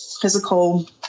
physical